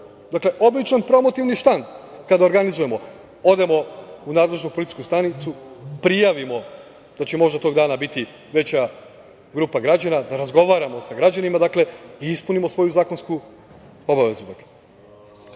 štand, običan promotivni štand kada organizujemo odemo u nadležnu policijsku stanicu, prijavimo da će možda tog dana biti veća grupa građana, da razgovaramo sa građanima i ispunimo svoju zakonsku obavezu.E,